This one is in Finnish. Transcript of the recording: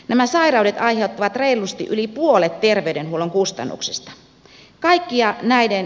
nämä sairaudet aiheuttavat reilusti yli puolet terveydenhuollon kustannuksista